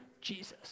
Jesus